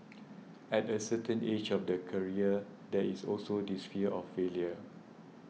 at a certain age of their career there is also this fear of failure